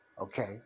Okay